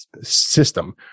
system